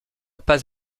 pas